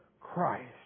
Christ